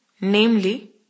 namely